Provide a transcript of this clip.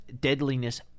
deadliness